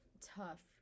tough